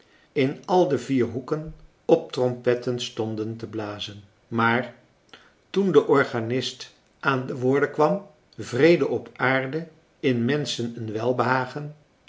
in al de vier hoeken op trompetten stonden te blazen maar toen de organist aan de woorden kwam vrede op aarde in menschen een welbehagen